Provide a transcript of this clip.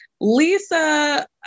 Lisa